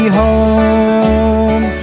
home